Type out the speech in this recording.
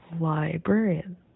librarian